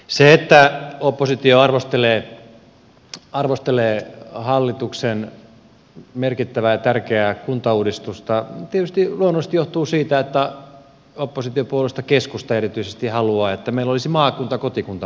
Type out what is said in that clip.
se että oppositio arvostelee hallituksen merkittävää ja tärkeää kuntauudistusta tietysti luonnollisesti johtuu siitä että oppositiopuolueista keskusta erityisesti haluaa että meillä olisi maakuntakotikunta malli suomessa